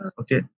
Okay